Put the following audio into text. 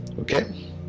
okay